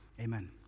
Amen